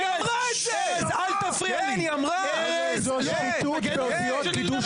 תתנהגו פה בצורה